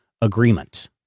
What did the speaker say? agreement